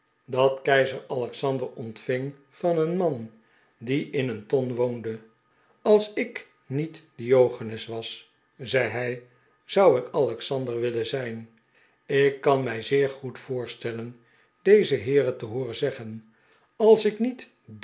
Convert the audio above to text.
dat keizer alexander ontving van een man die in een ton woonde als ik niet diogenes was zei hij zoii ik alexander wiliea zijn ik kan mij zeer goed voorstellen deze heeren te hooren zeggen als ik niet